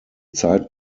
zeit